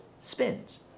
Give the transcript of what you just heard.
spins